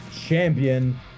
Champion